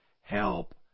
help